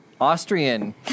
Austrian